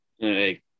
Hey